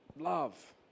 love